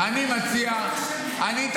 אני מציע --- לא קשה בכלל.